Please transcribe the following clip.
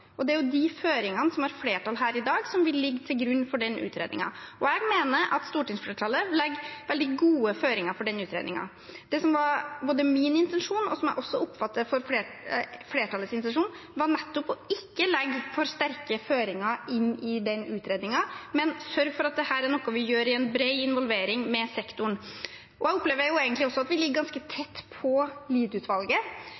Det er de føringene som har flertall her i dag, som vil ligge til grunn for den utredningen. Jeg mener at stortingsflertallet legger veldig gode føringer for den utredningen. Det som både var min intensjon, og som jeg også oppfatter var flertallets intensjon, var nettopp ikke å legge for sterke føringer inn i den utredningen, men å sørge for at dette er noe vi gjør i en bred involvering med sektoren. Jeg opplever egentlig også at vi ligger ganske